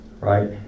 right